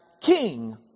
king